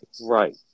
Right